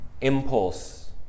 impulse